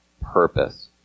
purpose